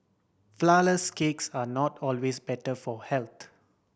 flourless cakes are not always better for health